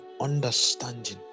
understanding